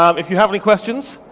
um if you have any questions,